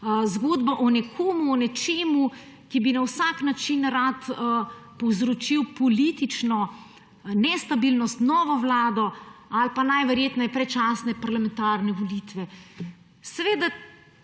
Zgodba o nekomu, o nečemu, ki bi na vsak način rad povzročil politično nestabilnost, novo vlado ali pa najverjetneje predčasne parlamentarne volitve. Seveda,